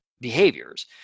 behaviors